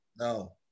No